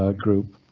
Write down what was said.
ah group,